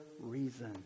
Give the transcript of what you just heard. reason